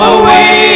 Away